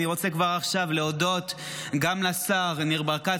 אני רוצה כבר עכשיו להודות גם לשר ניר ברקת,